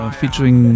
featuring